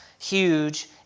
huge